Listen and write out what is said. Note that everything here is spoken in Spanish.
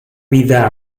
vida